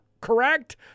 correct